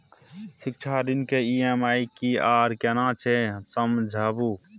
शिक्षा ऋण के ई.एम.आई की आर केना छै समझाबू?